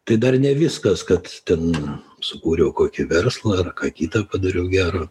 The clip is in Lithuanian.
tai dar ne viskas kad ten sukūriau kokį verslą ar ką kita padariau gero